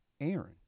Aaron